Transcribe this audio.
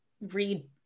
read